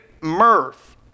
mirth